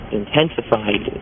intensified